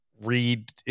read